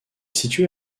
située